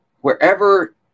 wherever